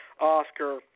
Oscar